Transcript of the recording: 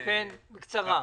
בקצרה,